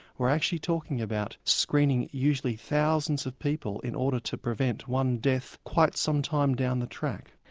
we're actually talking about screening usually thousands of people in order to prevent one death quite some time down the track.